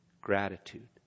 gratitude